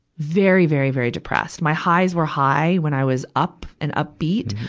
very, very, very depressed. my highs were high when i was up and upbeat.